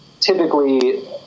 typically